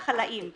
בוקר טוב לכולם,